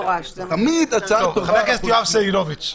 חבר הכנסת יואב סגלוביץ'.